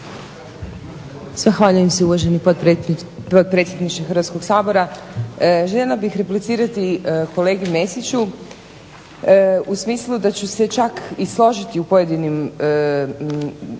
Zahvaljujem se uvaženi potpredsjedniče Hrvatskog sabora. Željela bih replicirati kolegi Mesiću u smislu da ću se čak i složiti u pojedinim